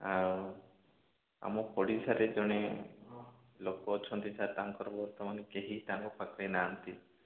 ଆଉ ଆମ ପଡ଼ିଶାରେ ଜଣେ ଲୋକ ଅଛନ୍ତି ସାର୍ ତାଙ୍କର ବର୍ତ୍ତମାନ କେହି ତାଙ୍କ ପାଖରେ କେହି ନାହାନ୍ତି